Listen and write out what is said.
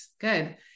good